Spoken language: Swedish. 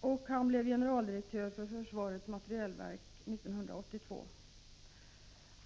och han blev generaldirektör för försvarets materielverk 1982.